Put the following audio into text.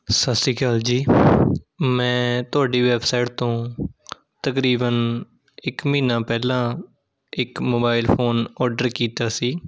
ਸਤਿ ਸ਼੍ਰੀ ਅਕਾਲ ਜੀ ਮੈਂ ਤੁਹਾਡੀ ਵੈਬਸਾਈਡ ਤੋਂ ਤਕਰੀਬਨ ਇੱਕ ਮਹੀਨਾ ਪਹਿਲਾਂ ਇੱਕ ਮੋਬਾਈਲ ਫ਼ੋਨ ਔਡਰ ਕੀਤਾ ਸੀ